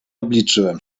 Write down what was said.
obliczyłem